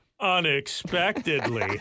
Unexpectedly